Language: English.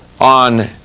on